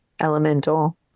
Elemental